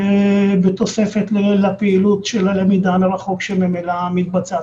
תסייע בתוספת לפעילות של הלמידה מרחוק שממילא מתבצעת.